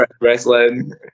wrestling